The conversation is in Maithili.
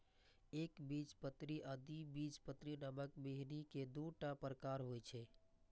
एकबीजपत्री आ द्विबीजपत्री नामक बीहनि के दूटा प्रकार होइ छै